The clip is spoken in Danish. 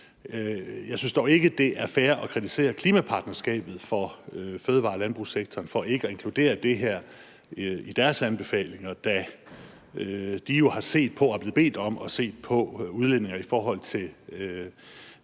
Jeg synes dog ikke, det er fair at kritisere Klimapartnerskabet for Fødevare- og Landbrugssektoren for ikke at inkludere det her i deres anbefalinger, da de jo er blevet bedt om at se på udledninger i forhold til